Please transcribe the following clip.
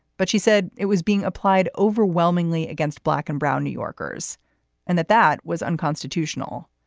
but she said it was being applied overwhelmingly against black and brown new yorkers and that that was unconstitutional.